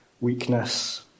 weakness